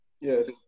Yes